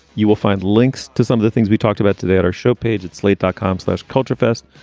you will find links to some of the things we talked about today at our show page at slate dot com says culture fest.